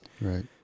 Right